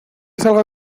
salga